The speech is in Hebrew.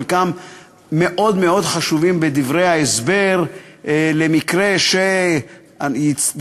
חלקם מאוד מאוד חשובים בדברי ההסבר למקרה שיידרשו,